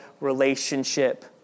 relationship